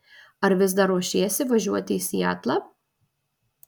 ar vis dar ruošiesi važiuoti į sietlą